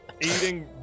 Eating